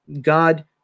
God